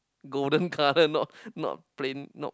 golden colour not not plain not